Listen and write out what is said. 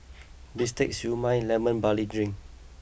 Bistake Siew Mai Lemon Barley Drink